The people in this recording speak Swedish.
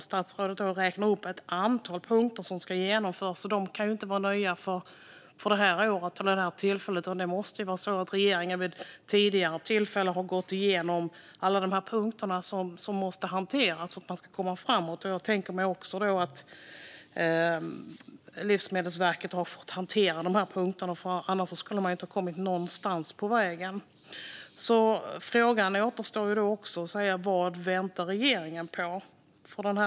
Statsrådet räknar upp ett antal punkter som ska genomföras, och de kan inte vara nya för det här året eller det här tillfället. Det måste vara så att regeringen vid ett tidigare tillfälle har gått igenom alla de punkter som måste hanteras för att man ska komma framåt. Jag tänker mig att också Livsmedelsverket har fått hantera dessa punkter, för annars skulle man inte ha kommit någonstans. Frågan återstår vad regeringen väntar på.